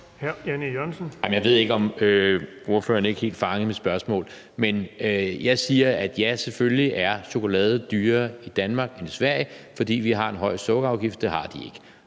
Jeg ved ikke, om ordføreren ikke helt fangede mit spørgsmål. Jeg siger, at ja, selvfølgelig er chokolade dyrere i Danmark end i Sverige, fordi vi har en høj sukkerafgift, og det har de ikke.